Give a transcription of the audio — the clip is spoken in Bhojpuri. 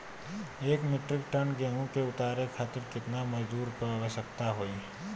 एक मिट्रीक टन गेहूँ के उतारे खातीर कितना मजदूर क आवश्यकता होई?